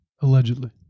Allegedly